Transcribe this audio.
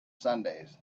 sundays